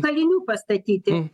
kalinių pastatyti